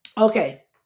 Okay